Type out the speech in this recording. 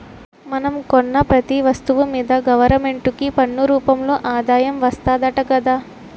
మనం కొన్న పెతీ ఒస్తువు మీదా గవరమెంటుకి పన్ను రూపంలో ఆదాయం వస్తాదట గదా